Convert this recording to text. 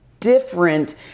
different